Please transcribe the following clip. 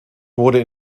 wurde